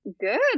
good